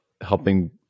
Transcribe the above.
helping